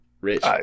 Rich